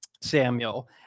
samuel